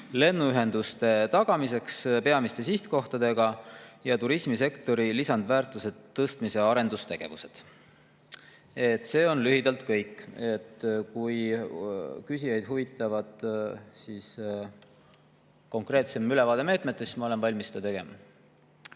lennuühenduste tagamiseks peamistesse sihtkohtadesse ning turismisektori lisandväärtuse tõstmise arendustegevused. See on lühidalt kõik. Kui küsijaid huvitab konkreetsem ülevaade meetmetest, siis ma olen valmis seda tegema.